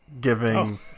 giving